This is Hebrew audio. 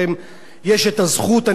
אני חייב לספר לכם,